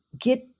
get